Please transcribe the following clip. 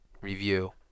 review